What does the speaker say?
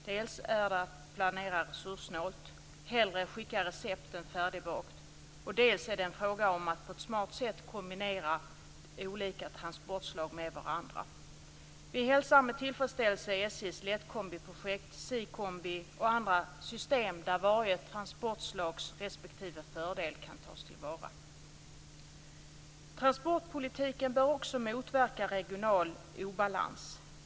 Dels gäller det att planera resurssnålt; att hellre skicka recept än färdigbakt, dels gäller det att på ett smart sätt kombinera olika transportslag med varandra. Vi hälsar med tillfredsställelse SJ:s lättkombiprojekt, Seakombi och andra system där varje transportslags respektive fördel kan tas till vara. Transportpolitiken bör också motverka regional obalans.